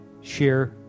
share